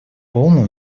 полное